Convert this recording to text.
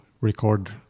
record